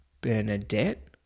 Bernadette